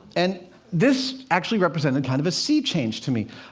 and this actually represented kind of a sea change to me.